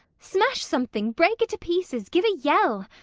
smash something break it to pieces give a yell!